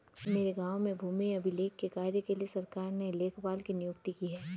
मेरे गांव में भूमि अभिलेख के कार्य के लिए सरकार ने लेखपाल की नियुक्ति की है